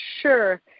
Sure